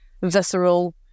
visceral